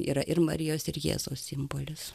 yra ir marijos ir jėzaus simbolis